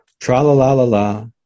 Tra-la-la-la-la